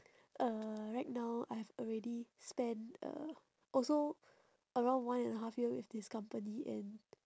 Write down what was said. uh right now I have already spent uh also around one and a half years with this company and